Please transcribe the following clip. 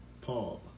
Paul